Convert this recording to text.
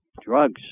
Drugs